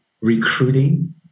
recruiting